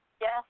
Yes